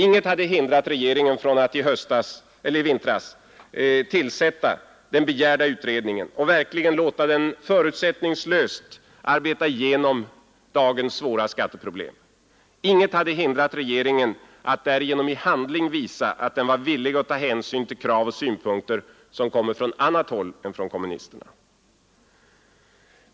Inget hade hindrat regeringen att i vintras tillsätta den begärda utredningen och verkligen låta den förutsättningslöst arbeta igenom dagens svåra skatteproblem. Inget hade hindrat regeringen att därigenom i handling visa att den var villig att ta hänsyn till krav och synpunkter som kommer från annat håll än från kommunisterna.